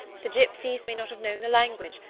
the gypsies may not have known the language,